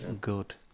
good